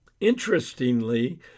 Interestingly